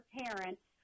parents